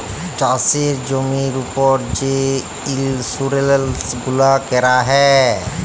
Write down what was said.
চাষের জমির উপর যে ইলসুরেলস গুলা ক্যরা যায়